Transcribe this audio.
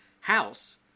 house